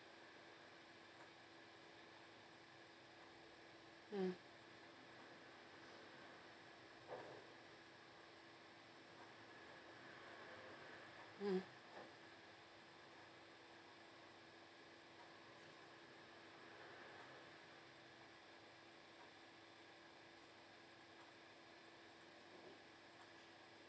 mm mm